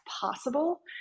possible